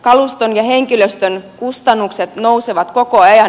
kaluston ja henkilöstön kustannukset nousevat koko ajan